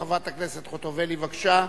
חברת הכנסת חוטובלי, בבקשה.